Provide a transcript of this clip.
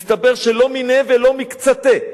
מסתבר שלא מיניה ולא מקצתיה.